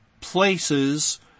places